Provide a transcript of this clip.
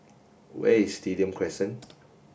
where is Stadium Crescent